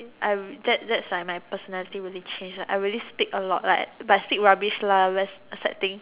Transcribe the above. I that that's why my personality really changed like I really speak a lot like but speak rubbish lah that's a sad thing